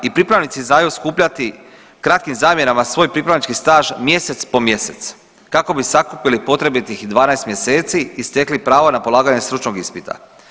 I pripravnici znaju skupljati kratkim zamjenama svoj pripravnički staž mjesec po mjesec kako bi sakupili potrebitih 12 mjeseci i stekli pravo na polaganje stručnog ispita.